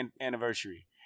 anniversary